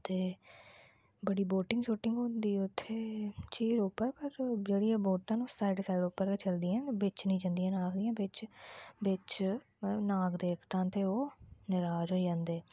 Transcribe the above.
ते बड़ी बोटिंग शोटिंग होंदी उत्थै झील उप्पर पर जेहड़ियां बोटां न साइड साइड पर गै चलदियां बिच जंदियां नै आखदे न बिच बिच नाग देवता न ते ओह् नराज होई जंदे